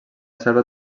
selva